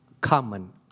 common